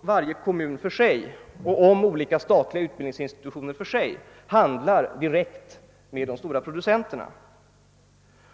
varje kommun för sig och olika statliga utbildningsinstitutioner för sig handlar direkt med de stora producenterna.